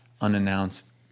unannounced